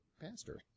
pastor